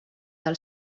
del